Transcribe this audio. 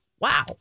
Wow